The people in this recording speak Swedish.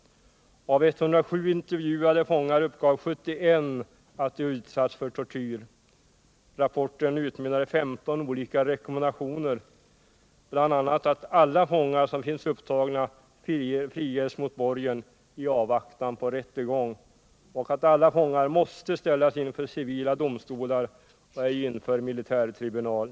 Av 107 inter Om ett svenskt vjuade fångar uppgav 71 att de utsatts för tortyr. Rapporten utmynnar = FN-initiativ om i 15 olika rekommendationer, bl.a. att alla fångar som finns upptagna förstärkt skydd för friges mot borgen i avvaktan på rättegång och att alla fångar måste ställas de mänskliga inför civila domstolar och ej inför militärtribunal.